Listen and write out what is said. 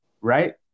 right